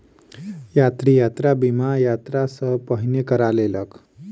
यात्री, यात्रा बीमा, यात्रा सॅ पहिने करा लेलक